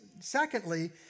Secondly